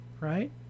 right